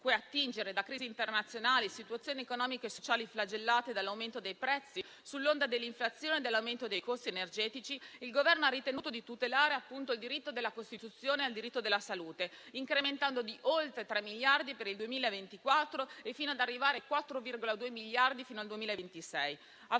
cui attingere, da crisi internazionali, da situazioni economiche e sociali flagellate dall'aumento dei prezzi sull'onda dell'inflazione e dell'aumento dei costi energetici, il Governo ha ritenuto di tutelare appunto il diritto alla salute sancito dalla Costituzione, incrementando gli stanziamenti di oltre 3 miliardi per il 2024, fino ad arrivare a 4,2 miliardi fino al 2026.